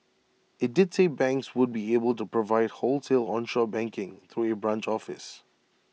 IT did say banks would be able to provide wholesale onshore banking through A branch office